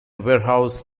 warehouse